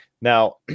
Now